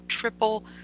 triple